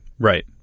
Right